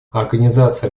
организация